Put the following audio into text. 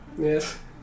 Yes